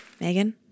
Megan